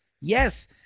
yes